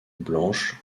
blanche